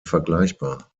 vergleichbar